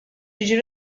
tiġi